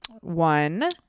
one